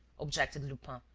objected lupin.